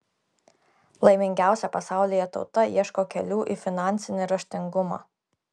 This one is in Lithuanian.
laimingiausia pasaulyje tauta ieško kelių į finansinį raštingumą